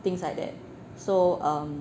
things like that so um